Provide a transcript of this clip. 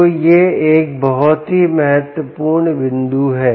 तो यह एक बहुत ही महत्वपूर्ण बिंदु है